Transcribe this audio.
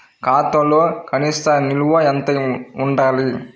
ఖాతాలో కనీస నిల్వ ఎంత ఉండాలి?